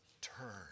Turn